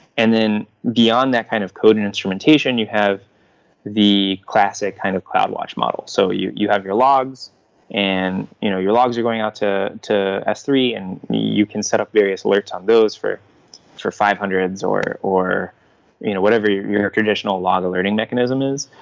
and then beyond that kind of code and instrumentation, you have the classic kind of cloud watch model. so you you have your logs and you know your logs are going out to to s three and you can setup various alerts on those for for five hundred s, or or you know whatever your your traditional log or learning mechanism is.